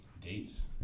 dates